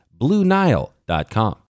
BlueNile.com